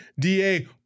DA